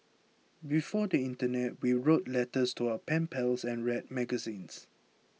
before the internet we wrote letters to our pen pals and read magazines